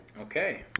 Okay